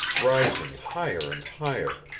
rising higher and higher,